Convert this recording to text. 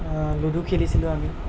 ludo খেলিছিলোঁ আমি